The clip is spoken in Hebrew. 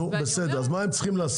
נו, בסדר, אז מה הם צריכים לעשות?